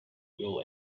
will